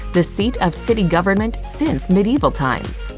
the seat of city government since medieval times.